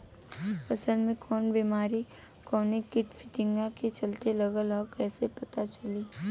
फसल में कवन बेमारी कवने कीट फतिंगा के चलते लगल ह कइसे पता चली?